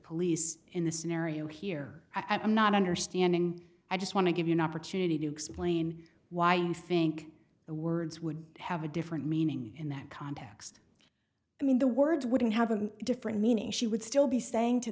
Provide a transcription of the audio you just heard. police in the scenario here i'm not understanding i just want to give you an opportunity to explain why you think the words would i have a different meaning in that context i mean the words wouldn't have a different meaning she would still be saying to